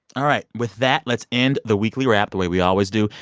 all right. with that, let's end the weekly wrap the way we always do.